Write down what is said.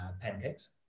pancakes